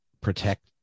protect